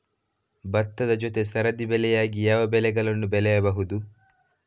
ಭತ್ತದ ಜೊತೆ ಸರದಿ ಬೆಳೆಯಾಗಿ ಯಾವ ಬೆಳೆಯನ್ನು ಬೆಳೆಯಬಹುದು?